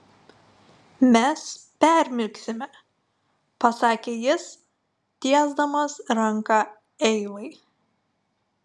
mes permirksime pasakė jis tiesdamas ranką eivai